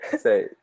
say